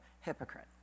hypocrite